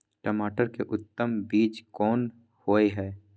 टमाटर के उत्तम बीज कोन होय है?